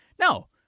No